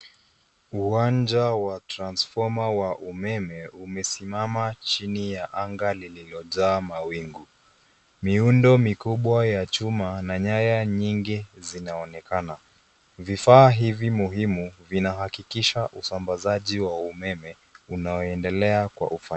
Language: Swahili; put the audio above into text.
Uwanja wa transfoma wa umeme, umesimama chini ya anga lililojaa mawingu. Miundo mikubwa ya chuma na nyaya nyingi zinaonekana . Vifaa hivi muhimu, vinahakikisha usambazaji wa umeme unaoendelea kwa ufanisi.